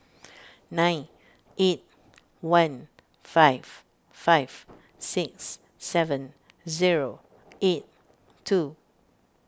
nine eight one five five six seven zero eight two